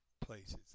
places